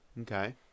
Okay